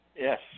Yes